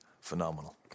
Phenomenal